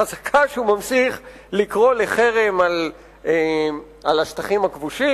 חזקה שהוא ממשיך לקרוא לחרם על השטחים הכבושים